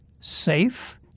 safe